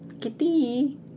Kitty